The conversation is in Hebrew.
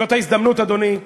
זאת ההזדמנות, אדוני,